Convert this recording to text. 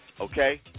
Okay